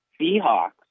Seahawks